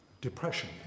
Depression